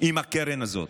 עם הקרן הזאת,